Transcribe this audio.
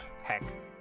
Heck